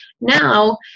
now